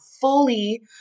fully